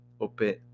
Open